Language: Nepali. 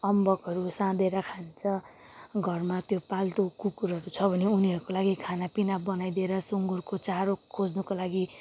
अम्बकहरू साँधेर खान्छ घरमा त्यो पाल्तु कुकुरहरू छ भने उनीहरूको लागि खानापिनाहरू बनाइदिएर सुँगुरको चारो खोज्नुको लागि